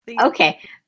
Okay